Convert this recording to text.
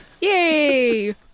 Yay